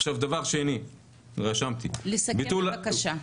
לסכם בבקשה.